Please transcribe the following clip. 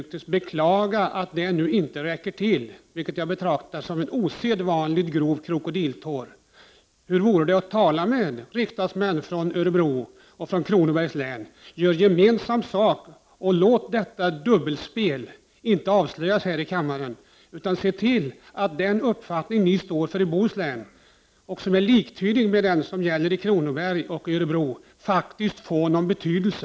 1989/90:46 räcker till, vilket är något som jag betraktar som en osedvanligt stor kroko 14 december 1989 diltår, tala med riksdagsmän från Örebro och Kronobergs län? a SS TI 3 Gör gemensam sak och låt inte detta dubbelspel avslöjas här i kammaren! Se till att den uppfattning ni i Bohuslän står för och som är liktydig med den som gäller i Kronoberg och i Örebro faktiskt får någon betydelse!